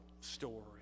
story